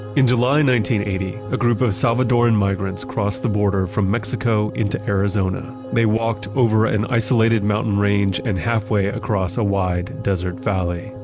in july eighty, a group of salvadorian migrants crossed the border from mexico into arizona. they walked over an isolated mountain range and halfway across a wide desert valley.